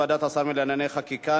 ועדת שרים לענייני חקיקה,